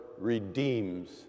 redeems